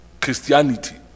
Christianity